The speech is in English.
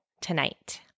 tonight